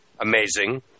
amazing